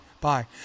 bye